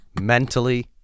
Mentally